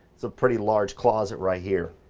it's a pretty large closet right here.